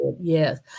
yes